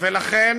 ולכן